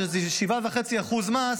שזה 7.5% מס,